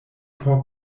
por